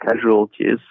casualties